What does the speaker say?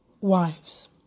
wives